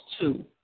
two